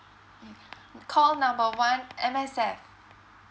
mm call number one M_S_F